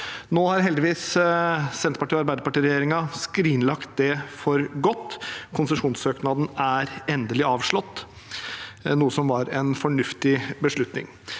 Senterparti–Arbeiderparti-regjeringen skrinlagt det for godt. Konsesjonssøknaden er endelig avslått, noe som var en fornuftig beslutning.